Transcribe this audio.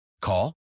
Call